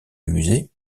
musée